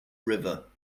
river